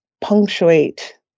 punctuate